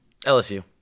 LSU